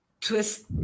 twist